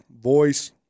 voice